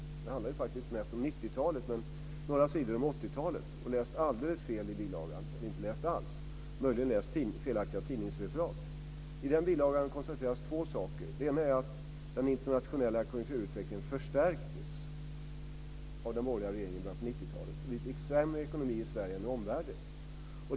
Nu handlar den faktiskt mest om 90-talet med några sidor om 80-talet. Han måste ha läst alldeles fel i bilagan eller inte läst alls, möjligen läst felaktiga tidningsreferat. I den bilagan konstateras två saker. Det ena är att den internationella konjunkturutvecklingen förstärktes av den borgerliga regeringen i början på 90-talet, och vi fick sämre ekonomi i Sverige än man fick i omvärlden.